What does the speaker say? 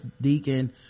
deacon